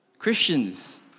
Christians